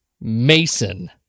mason